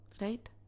Right